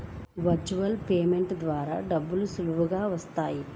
Virtual payment ద్వారా డబ్బులు సులభంగా వస్తాయా?